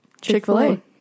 Chick-fil-A